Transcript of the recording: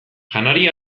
janari